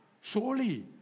surely